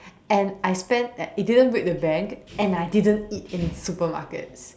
and I spend at it didn't break the bank and I didn't eat in supermarkets